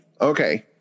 Okay